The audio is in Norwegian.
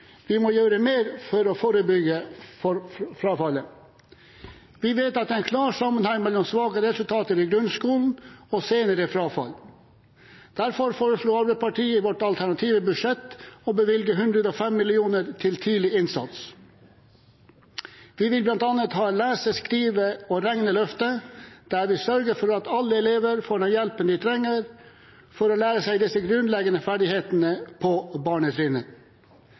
Man må gjøre mer for å forebygge frafallet. Vi vet at det er en klar sammenheng mellom svake resultater i grunnskolen og senere frafall. Derfor foreslår Arbeiderpartiet i sitt alternative budsjett å bevilge 105 mill. kr til tidlig innsats. Vi vil bl.a. ha et lese-, skrive- og regneløft, der vi sørger for at alle elever får den hjelpen de trenger for å lære seg de grunnleggende ferdighetene på barnetrinnet.